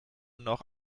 noch